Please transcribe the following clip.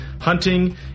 hunting